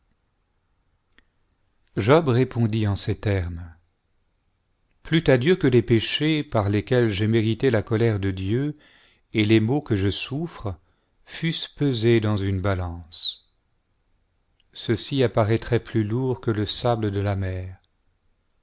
job répondit en ces termes plût à dieu que les péchés par lesquels j'ai mérité la colère de dieu et les maux que je souffre fussent pesés dans une balance ceux-ci apparaîtraient plus lourds que le sable de la mer